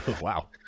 Wow